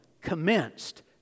commenced